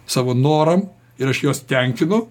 savo noram ir aš juos tenkinu